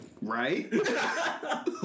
Right